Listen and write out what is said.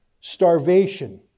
starvation